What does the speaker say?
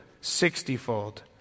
sixtyfold